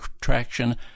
traction